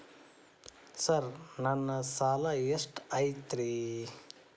Sir ನನ್ನ ಸಾಲಾ ಎಷ್ಟು ಐತ್ರಿ?